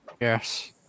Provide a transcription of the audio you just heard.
Yes